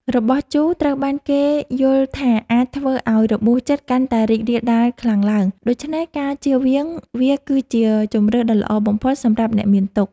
របស់ជូរត្រូវបានគេយល់ថាអាចធ្វើឱ្យរបួសចិត្តកាន់តែរីករាលដាលខ្លាំងឡើង ដូច្នេះការជៀសវាងវាគឺជាជម្រើសដ៏ល្អបំផុតសម្រាប់អ្នកមានទុក្ខ។